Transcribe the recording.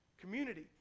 community